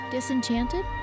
Disenchanted